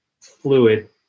fluid